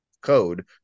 code